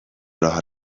راه